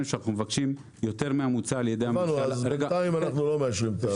שאנו מבקשים יותר- -- בינתיים לא מאשרים.